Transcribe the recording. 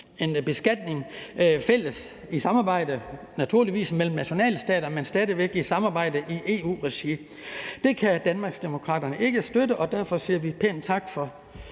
beskatning i et samarbejde, naturligvis, mellem nationalstater, men stadig væk i et samarbejde i EU-regi. Det kan Danmarksdemokraterne ikke støtte, og derfor siger vi pænt tak for